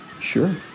sure